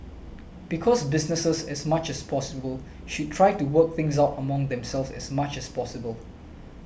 because businesses as much as possible should try to work things out among themselves as much as possible